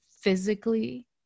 physically